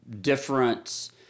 different